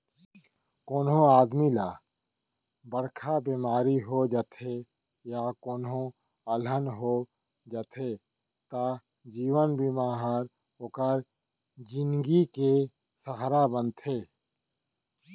कोनों आदमी ल बड़का बेमारी हो जाथे या कोनों अलहन हो जाथे त जीवन बीमा ह ओकर जिनगी के सहारा बनथे